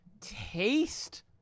taste